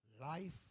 life